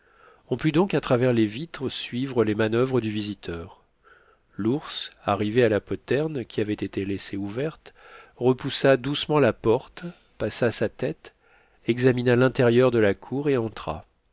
on put donc à travers les vitres suivre les manoeuvres du visiteur l'ours arrivé à la poterne qui avait été laissée ouverte repoussa doucement la porte passa sa tête examina l'intérieur de la cour et entra